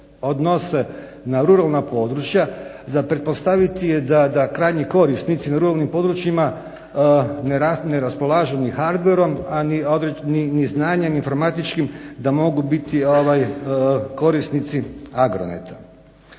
odnose na ruralna područja za pretpostaviti je da krajnji korisnici na ruralnim područjima ne raspolažu ni … a ni znanjem informatičkim da mogu biti korisnici agroneta.